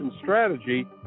strategy